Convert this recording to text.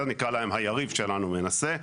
נקרא להם היריב שלנו מנסה,